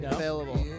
available